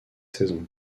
saisons